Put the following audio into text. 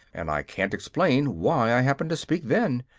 and i can't explain why i happened to speak then.